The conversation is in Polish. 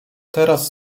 teraz